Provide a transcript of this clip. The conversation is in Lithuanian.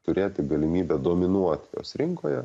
turėti galimybę dominuoti rinkoje